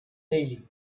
daly